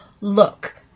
look